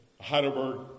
Heidelberg